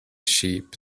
sheep